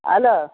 hello